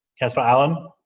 councillor allan,